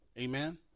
amen